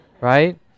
right